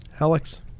Alex